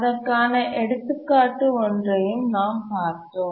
அதற்கான எடுத்துக்காட்டு ஒன்றையும் நாம் பார்த்தோம்